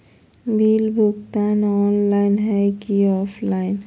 Bill भुगतान online है की ऑफलाइन?